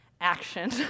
action